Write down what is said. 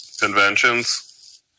conventions